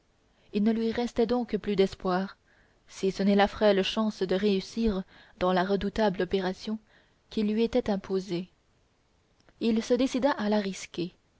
il ne lui restait donc plus d'espoir si ce n'est la frêle chance de réussir dans la redoutable opération qui lui était imposée il se décida à la risquer